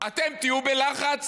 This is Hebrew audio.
אתם תהיו בלחץ.